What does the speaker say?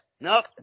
nope